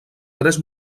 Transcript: tres